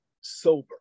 sober